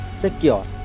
secure